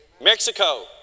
Mexico